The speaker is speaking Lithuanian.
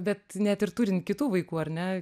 bet net ir turint kitų vaikų ar ne